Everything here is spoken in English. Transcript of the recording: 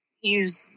use